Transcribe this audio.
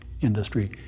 industry